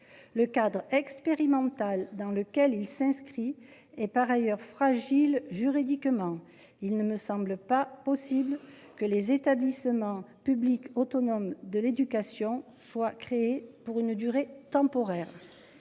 le cadre expérimental dans lequel il s'inscrit et par ailleurs fragile juridiquement, il ne me semble pas possible que les établissements publics autonomes de l'éducation soit créé pour une durée temporaire.